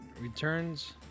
Returns